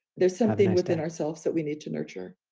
there's something within ourselves that we need to nurture.